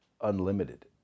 unlimited